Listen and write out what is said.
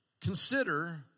Consider